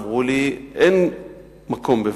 אמרו לי: אין מקום בבית-הספר.